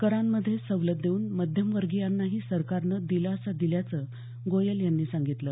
करांमध्ये सवलत देऊन मध्यमवर्गीयांनाही सरकारनं दिलासा दिल्याचं गोयल यांनी सांगितलं